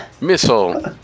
missile